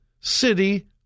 city